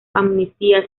amnistía